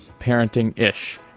parenting-ish